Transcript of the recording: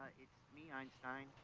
my einstein.